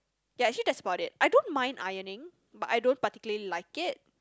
ya actually that's about it I don't mind ironing but I don't particularly like it